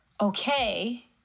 okay